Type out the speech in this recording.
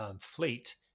fleet